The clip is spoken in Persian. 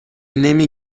نمی